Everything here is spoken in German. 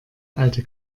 alte